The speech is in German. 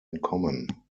entkommen